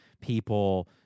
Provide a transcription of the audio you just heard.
people